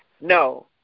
No